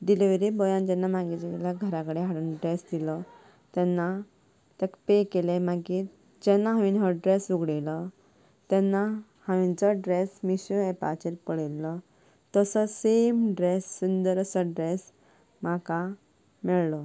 delivery बॉयान जेन्ना म्हागेल्या कडेन घरा कडेन हाडून ड्रेस दिलो तेन्ना ताका पे केले मागीर जेन्ना हांवें हो ड्रेस उगडयलो तेन्ना हांवें जो ड्रेस मिशो ऍपाचेर पळयल्लो तसोच सेम ड्रेस सुंदर असो ड्रेस म्हाका मेळलो